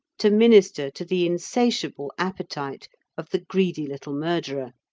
to minister to the insatiable appetite of the greedy little murderer.